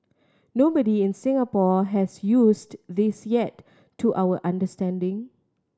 nobody in Singapore has used this yet to our understanding